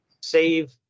save